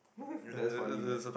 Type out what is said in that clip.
that's funny man